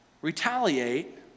retaliate